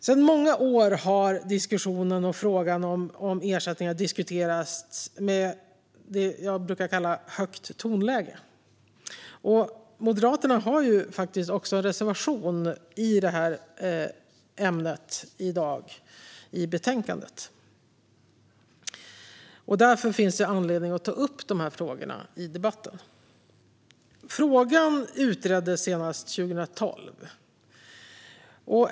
Sedan många år har diskussionen om och frågan om ersättningar diskuterats med, vad jag brukar kalla, högt tonläge. Moderaterna har också en reservation i ämnet i betänkandet. Därför finns anledning att ta upp frågorna i debatten. Ersättningsfrågan utreddes senast 2012.